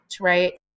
right